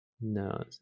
No